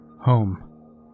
Home